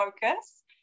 focus